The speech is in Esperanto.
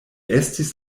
estis